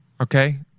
Okay